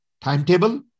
timetable